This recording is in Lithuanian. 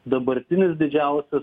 dabartinis didžiausias